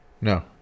No